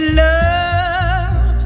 love